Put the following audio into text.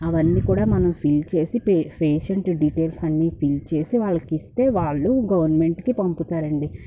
అవన్నీ కూడా మనం ఫిల్ చేసి ఫేషెంట్ డీటెల్స్ ఫిల్ చేసి వాళ్లకిస్తే వాళ్ళు గవర్నమెంట్కి పంపుతారండీ